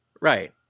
Right